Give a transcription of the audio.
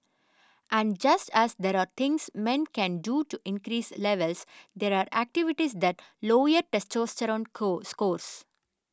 and just as there are things men can do to increase levels there are activities that lower testosterone cause scores